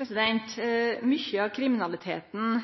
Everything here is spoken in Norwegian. også. Mykje av kriminaliteten